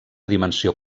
dimensió